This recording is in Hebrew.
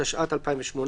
התשע"ט-2018